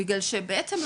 בגלל שבעצם,